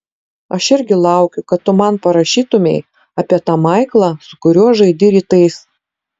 aš irgi laukiu kad tu man parašytumei apie tą maiklą su kuriuo žaidi rytais